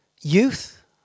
Youth